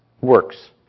Works